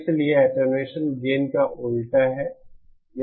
इसलिए attenuation gain का उल्टा है